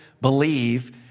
believe